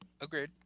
Agreed